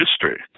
history